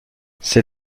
ces